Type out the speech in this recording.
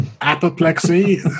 apoplexy